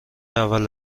اول